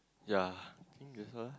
ya think that's all